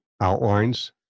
outlines